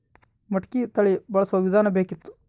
ಮಟಕಿ ತಳಿ ಬಳಸುವ ವಿಧಾನ ಬೇಕಿತ್ತು?